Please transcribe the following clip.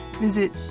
visit